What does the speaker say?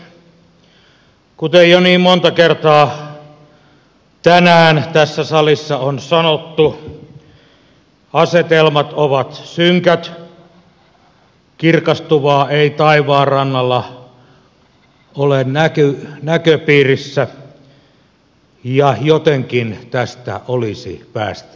kuten jo niin monta kertaa tänään tässä salissa on sanottu asetelmat ovat synkät kirkastuvaa ei taivaanrannalla ole näköpiirissä ja jotenkin tästä olisi päästävä eteenpäin